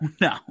no